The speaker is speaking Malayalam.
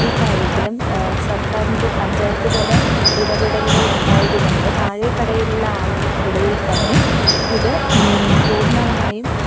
ഈ കാര്യത്തിലും സർക്കാറിൻ്റെ പഞ്ചായത്ത് തല ഇടപെടലുകൾ ഉണ്ടായതുകൊണ്ട് താഴേക്കിടയിലുള്ള ആളുകൾക്കിടയിൽ തന്നെ ഇത് പൂർണ്ണമായും